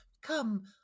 come